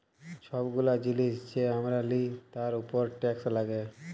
ছব গুলা জিলিস যে আমরা লিই তার উপরে টেকস লাগ্যে